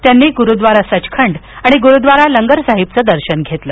त्यांनी गुरुद्वारा सचखंड आणि गुरूव्दारा लंगरसाहेबचे दर्शन घेतले